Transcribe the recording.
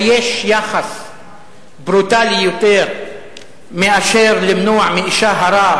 היש יחס ברוטלי יותר מאשר למנוע מאשה הרה,